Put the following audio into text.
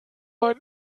mein